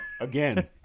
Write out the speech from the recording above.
Again